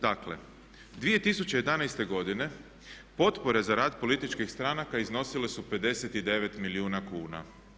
Dakle, 2011. godine potpore za rad političkih stranaka iznosile su 59 milijuna kuna.